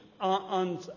on